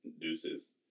deuces